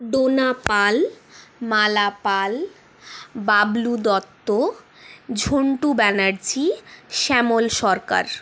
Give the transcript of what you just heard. Dona Pal Mala Pal Bablu Dutta Jhantu Banerjee Shyamal Sarkar